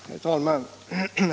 Herr talman!